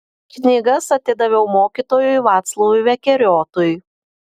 knygas atidaviau mokytojui vaclovui vekeriotui